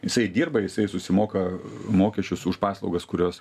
jisai dirba jisai susimoka mokesčius už paslaugas kurios